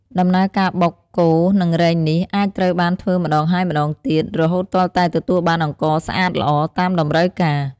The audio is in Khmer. ដំណើរការបុក កូរ និងរែងនេះ អាចត្រូវបានធ្វើម្តងហើយម្តងទៀត រហូតទាល់តែទទួលបានអង្ករស្អាតល្អតាមតម្រូវការ។